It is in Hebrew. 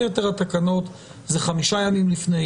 יתר התקנות זה חמישה ימים לפני,